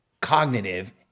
cognitive